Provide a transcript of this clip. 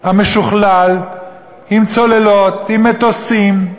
המשוכלל, עם צוללות, עם מטוסים,